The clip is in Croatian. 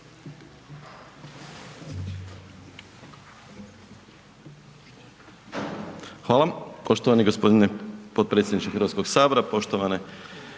Hvala.